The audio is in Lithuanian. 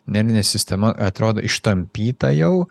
nervinė sistema atrodo ištampyta jau